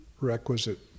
requisite